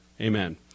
amen